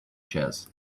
chairs